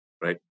right